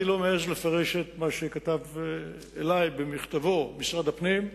אני לא מאלה שמפרשים את מה שכתב אלי במכתבו משרד הפנים.